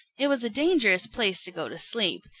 it was a dangerous place to go to sleep,